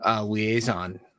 liaison